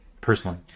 personally